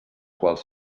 quals